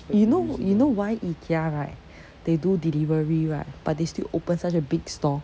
you know you know why ikea right they do delivery right but they still open such a big store